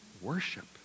worship